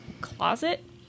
closet